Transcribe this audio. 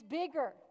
bigger